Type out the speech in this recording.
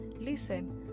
listen